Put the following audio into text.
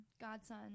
godson